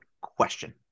question